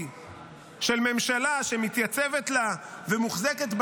של ממשלה שמתייצבת לה ומוחזקת בגרון,